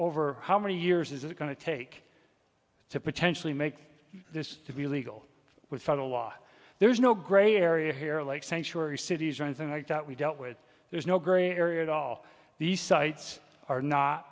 over how many years is it going to take to potentially make this to be legal with federal law there's no gray area here like sanctuary cities or anything like that we dealt with there's no gray area at all these sites are not